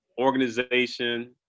organization –